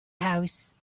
house